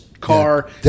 car